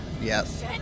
Yes